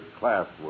classwork